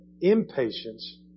impatience